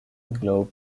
globe